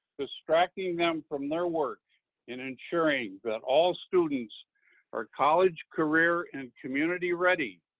distracting them from their work and ensuring that all students are college, career, and community ready,